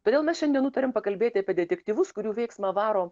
todėl mes šiandien nutarėm pakalbėti apie detektyvus kurių veiksmą varo